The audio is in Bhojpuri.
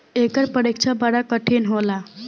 एकर परीक्षा बड़ा कठिन होला